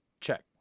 check